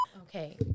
Okay